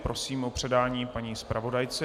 Prosím o předání paní zpravodajce.